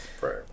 right